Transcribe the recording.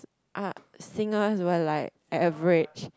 are singers who are like average